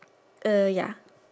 uh ya